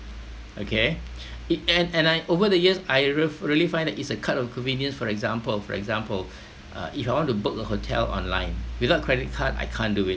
okay it and and I over the years I re~ really find that it's a card of convenience for example for example uh if I want to book a hotel online without credit card I can't do it